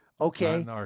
Okay